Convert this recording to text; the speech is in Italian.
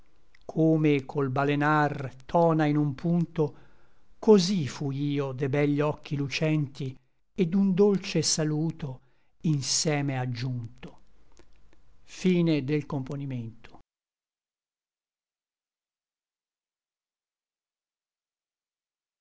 come col balenar tona in un punto cosí fu io de begli occhi lucenti et d'un dolce saluto inseme aggiunto la